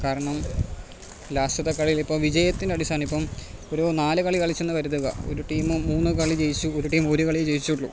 കാരണം ലാസ്റ്റത്തെ കളിയിലിപ്പോൾ വിജയത്തിൻ്റെ അടിസ്ഥാനം ഇപ്പം ഒരു നാല് കളി കളിച്ചു എന്ന് കരുതുക ഒരു ടീമ് മൂന്നു കളി ജയിച്ചു ഒരു ടീം ഒരു കളിയെ ജയിച്ചുള്ളൂ